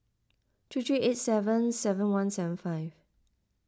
three three eight seven seven one seven five